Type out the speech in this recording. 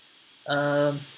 um